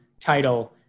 title